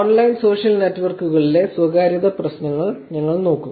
online social നെറ്റ്വർക്കുകളിലെ സ്വകാര്യത പ്രശ്നങ്ങൾ ഞങ്ങൾ നോക്കും